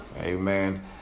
Amen